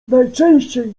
najczęściej